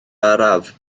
araf